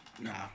Nah